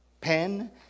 pen